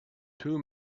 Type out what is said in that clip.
two